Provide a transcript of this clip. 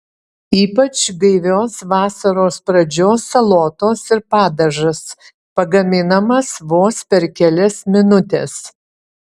ypač gaivios vasaros pradžios salotos ir padažas pagaminamas vos per kelias minutes